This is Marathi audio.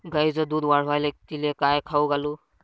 गायीचं दुध वाढवायले तिले काय खाऊ घालू?